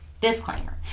disclaimer